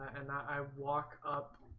and i walk up